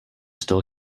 still